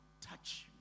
touch